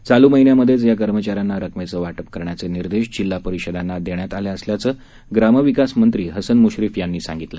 चालू महिन्यामध्येच या कर्मचाऱ्यांना रकमेचे वाटप करण्याचे निर्देश जिल्हा परिषदांना देण्यात आले असल्याचं ग्रामविकास मंत्री हसन मुश्रीफ यांनी सांगितले